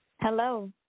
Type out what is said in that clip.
Hello